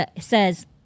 says